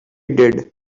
did